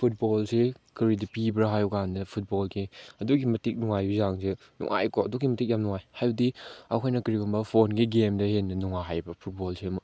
ꯐꯨꯠꯕꯣꯜꯁꯤ ꯀꯔꯤꯗ ꯄꯤꯕ꯭ꯔꯥ ꯍꯥꯏꯕꯀꯥꯟꯗ ꯐꯨꯠꯕꯣꯜꯒꯤ ꯑꯗꯨꯛꯀꯤ ꯃꯇꯤꯛ ꯅꯨꯡꯉꯥꯏꯕꯒꯤ ꯆꯥꯡꯁꯦ ꯅꯨꯡꯉꯥꯏꯀꯣ ꯑꯗꯨꯛꯀꯤ ꯃꯇꯤꯛ ꯌꯥꯝ ꯅꯨꯡꯉꯥꯏ ꯍꯥꯏꯕꯗꯤ ꯑꯩꯈꯣꯏꯅ ꯀꯔꯤꯒꯨꯝꯕ ꯐꯣꯟꯒꯤ ꯒꯦꯝꯗꯒꯤ ꯍꯦꯟꯅ ꯅꯨꯡꯉꯥꯏ ꯍꯥꯏꯕ ꯐꯨꯠꯕꯣꯜꯁꯦ